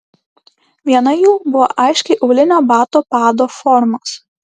viena jų buvo aiškiai aulinio bato pado formos